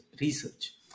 research